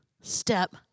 step